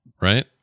right